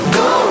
go